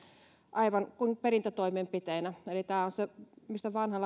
aivan kuin perintätoimenpiteenä eli tämä on se mistä vanha